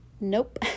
nope